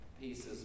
pieces